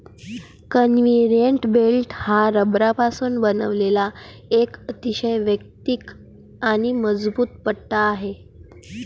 conveyor belt हा रबरापासून बनवलेला एक अतिशय वैयक्तिक आणि मजबूत पट्टा आहे